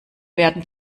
werden